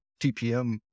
TPM